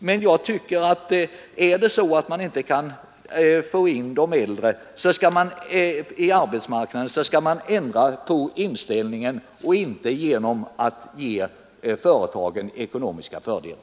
Men jag tycker att om det är så att man inte kan få in de äldre på arbetsmarknaden, så skall man ordna saken genom att ändra på inställningen och inte genom att ge företagen ekonomiska fördelar.